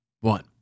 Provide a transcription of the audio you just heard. one